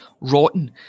rotten